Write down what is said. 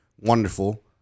wonderful